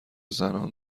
زنان